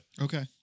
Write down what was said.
Okay